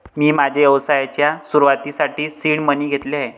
मी माझ्या व्यवसायाच्या सुरुवातीसाठी सीड मनी घेतले आहेत